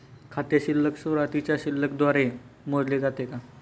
खाते शिल्लक सुरुवातीच्या शिल्लक द्वारे मोजले जाते का?